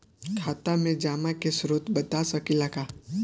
खाता में जमा के स्रोत बता सकी ला का?